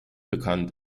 bekannt